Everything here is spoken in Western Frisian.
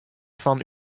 fan